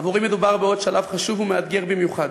עבורי מדובר בעוד שלב חשוב ומאתגר במיוחד,